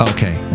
Okay